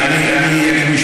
אני בן אדם הגון.